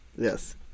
Yes